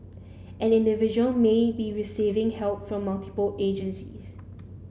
an individual may be receiving help from multiple agencies